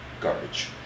garbage